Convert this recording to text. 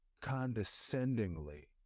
condescendingly